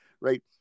right